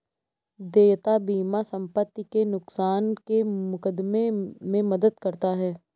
देयता बीमा संपत्ति के नुकसान के मुकदमे में मदद कर सकता है